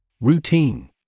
Routine